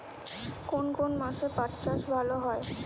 কোন কোন মাসে পাট চাষ ভালো হয়?